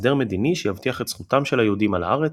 הסדר מדיני שיבטיח את זכותם של היהודים על הארץ,